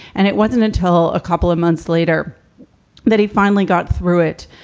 and it wasn't until a couple of months later that he finally got through it.